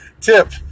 Tip